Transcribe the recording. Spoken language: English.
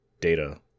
data